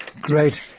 Great